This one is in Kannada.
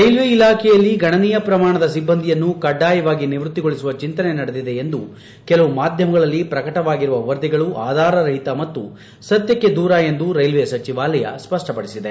ರೈಲ್ವೆ ಇಲಾಖೆಯಲ್ಲಿ ಗಣನೀಯ ಪ್ರಮಾಣದ ಸಿಬ್ಬಂದಿಯನ್ನು ಕಡ್ಡಾಯವಾಗಿ ನಿವೃತ್ತಿಗೊಳಿಸುವ ಚಿಂತನೆ ನಡೆದಿದೆ ಎಂದು ಕೆಲವು ಮಾಧ್ಯಮಗಳಲ್ಲಿ ಪ್ರಕಟವಾಗಿರುವ ವರದಿಗಳು ಆಧಾರರಹಿತ ಮತ್ತು ಸತ್ಯಕ್ಕೆ ದೂರ ಎಂದು ರೈಲ್ವೆ ಸಚಿವಾಲಯ ಸ್ಪಷ್ಟಪಡಿಸಿದೆ